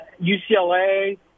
UCLA